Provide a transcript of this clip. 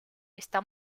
está